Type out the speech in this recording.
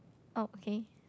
oh okay